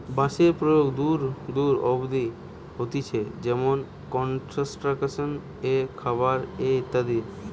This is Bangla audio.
বাঁশের প্রয়োগ দূর দূর অব্দি হতিছে যেমনি কনস্ট্রাকশন এ, খাবার এ ইত্যাদি